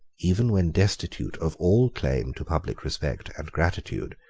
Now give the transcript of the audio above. even when destitute of all claim to public respect and gratitude,